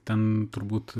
ten turbūt